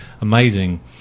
amazing